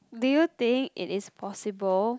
little thing it is possible